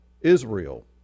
Israel